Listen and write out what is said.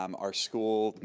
um our school,